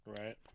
Right